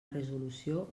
resolució